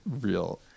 real